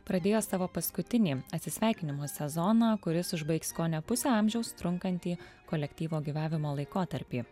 pradėjo savo paskutinį atsisveikinimo sezoną kuris užbaigs kone pusę amžiaus trunkantį kolektyvo gyvavimo laikotarpį